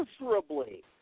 miserably